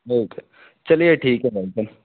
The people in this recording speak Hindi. ओके है चलिए ठीक है भाई साहब